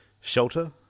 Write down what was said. Shelter